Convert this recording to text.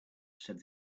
said